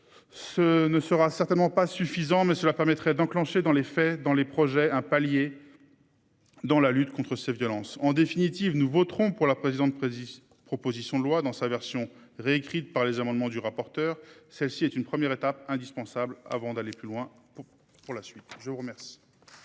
Ce ne sera certainement pas suffisant mais cela permettrait d'enclencher dans les faits dans les projets un palier. Dans la lutte contre ces violences en définitive nous voterons pour la présidente précise, proposition de loi dans sa version réécrite par les amendements du rapporteur. Celle-ci est une première étape indispensable avant d'aller plus loin pour pour la suite, je vous remercie.